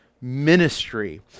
ministry